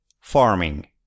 Farming